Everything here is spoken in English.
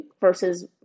versus